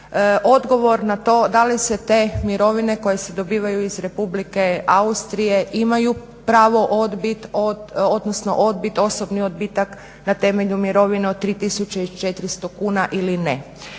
odgovor na to da li se te mirovine koje se dobivaju iz Republike Austrije imaju pravo odbiti odnosno odbit osobni odbitak na temelju mirovine od 3400 kuna ili ne.